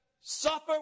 suffer